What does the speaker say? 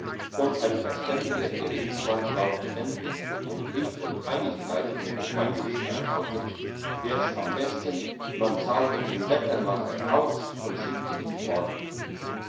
und ein verständiger gerichtsmann glaubte endlich um fried und einigkeit in der gemeinde zu erhalten wär's am besten man zahlte den wettermacher aus und schickte ihn fort